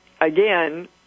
Again